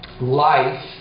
Life